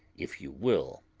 if you will.